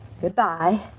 Goodbye